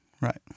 Right